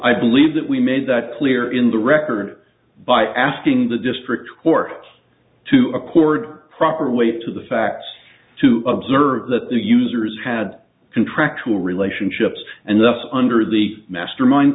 i believe that we made that clear in the record by asking the district court to accord proper weight to the facts to observe that the users had contractual relationships and thus under the mastermind